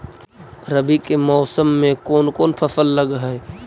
रवि के मौसम में कोन कोन फसल लग है?